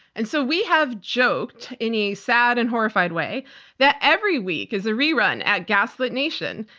and so we have joked in a sad and horrified way that every week is a rerun at gaslit nation,